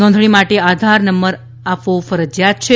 નોંધણી માટે આધાર નંબ આપવી ફરજીયાત છે